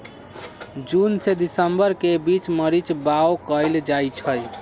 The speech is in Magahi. जून से दिसंबर के बीच मरीच बाओ कएल जाइछइ